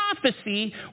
prophecy